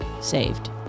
saved